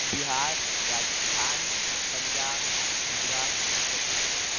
Bihar Rajasthan Punjab Gujarat Uttar Pradesh